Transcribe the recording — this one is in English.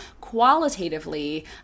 qualitatively